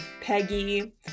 Peggy